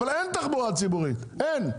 אבל אין תחבורה ציבורית, אין.